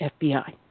FBI